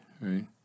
right